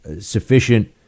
sufficient